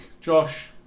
Josh